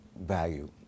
value